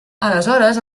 aleshores